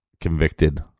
convicted